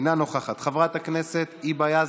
אינה נוכחת, חברת הכנסת היבה יזבק,